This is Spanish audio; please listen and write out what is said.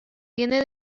tiene